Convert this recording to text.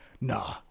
Nah